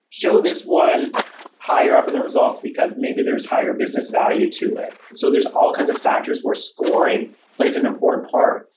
show this one higher up in the results because maybe there's higher business value to it. so there's all kinds of factors where scoring plays an important part,